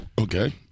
Okay